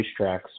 racetracks